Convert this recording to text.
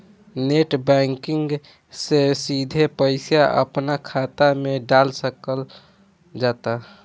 net banking से सिधे पईसा अपना खात मे डाल सकल जाता